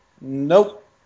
Nope